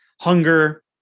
hunger